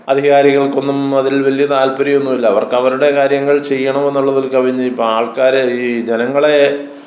അധികാരികൾക്കൊന്നും അതിൽ വലിയ താൽപ്പര്യം ഒന്നും ഇല്ല അവർക്ക് അവരുടെ കാര്യങ്ങൾ ചെയ്യണോ എന്നുള്ളതിൽ കവിഞ്ഞ് ഇപ്പം ആൾക്കാരെ ഈ ജനങ്ങളെ